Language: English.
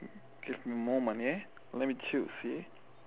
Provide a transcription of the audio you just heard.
give me a moment yeah let me choose see